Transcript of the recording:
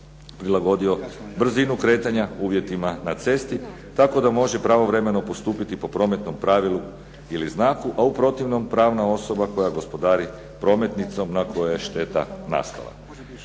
prilagodio brzinu kretanja uvjetima na cesti tako da može pravovremeno postupiti po prometnom pravilu ili znaku, a u protivnom pravna osoba koja gospodari prometnicom na kojoj je šteta nastala.